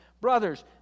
Brothers